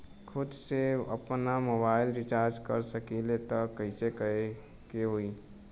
खुद से आपनमोबाइल रीचार्ज कर सकिले त कइसे करे के होई?